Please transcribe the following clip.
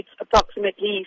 approximately